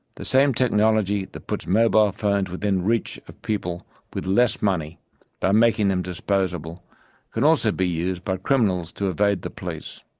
the same technology that puts mobile phones within reach of people with less money by making them disposable can also be used by criminals to evade the police.